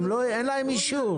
אין להם אישור,